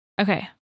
Okay